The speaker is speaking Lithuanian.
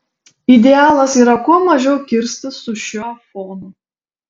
idealas yra kuo mažiau kirstis su šiuo fonu